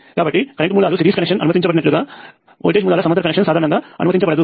కాబట్టి కరెంట్ మూలాలు series connection అనుమతించబడనట్లుగా వోల్టేజ్ మూలాల సమాంతర కనెక్షన్ సాధారణంగా అనుమతించబడదు